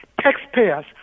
taxpayers